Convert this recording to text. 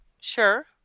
Sure